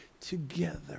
together